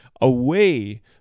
away